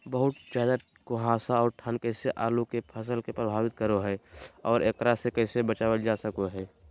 बहुत ज्यादा कुहासा और ठंड कैसे आलु के फसल के प्रभावित करो है और एकरा से कैसे बचल जा सको है?